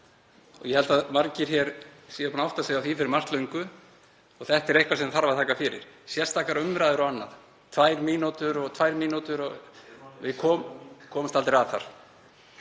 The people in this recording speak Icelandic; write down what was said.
Ég held að margir hér séu búnir að átta sig á því fyrir margt löngu. Þetta er eitthvað sem þarf að taka fyrir. Sérstakar umræður og annað — tvær mínútur og tvær mínútur. Við komumst aldrei að þar.